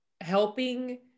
helping